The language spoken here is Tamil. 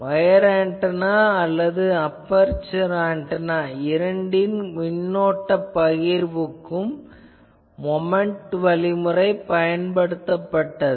வயர் ஆன்டெனா அல்லது அபெர்சர் ஆன்டெனா இரண்டின் மின்னோட்ட பகிர்வுக்கும் மொமென்ட் வழிமுறை பயன்படுத்தப்பட்டது